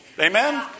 Amen